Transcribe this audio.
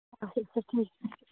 اچھا ٹھیٖک